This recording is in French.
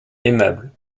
aimable